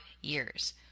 years